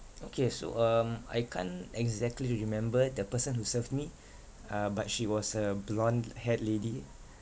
okay so um I can't exactly remember the person who served me uh but she was a blonde haired lady